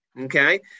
Okay